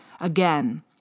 Again